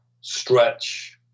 stretch